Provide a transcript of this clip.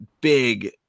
big